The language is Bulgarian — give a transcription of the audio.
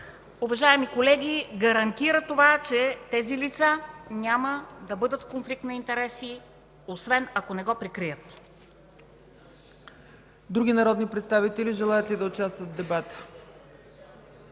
уважаеми колеги, гарантира това, че тези лица няма да бъдат в конфликт на интереси, освен ако не го прикрият. ПРЕДСЕДАТЕЛ ЦЕЦКА ЦАЧЕВА: Други народни представители желаят ли да участват в дебата?